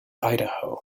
idaho